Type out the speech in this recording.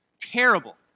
Terrible